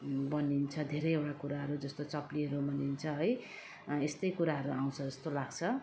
बनिन्छ धेरैवटा कुराहरू जस्तो चप्पलहरू बनिन्छ है यस्तै कुराहरू आउँछ जस्तो लाग्छ